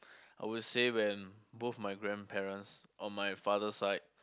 I will say when both my grandparents on my father side